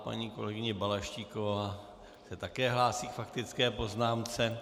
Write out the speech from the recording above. Paní kolegyně Balaštíková se také hlásí k faktické poznámce.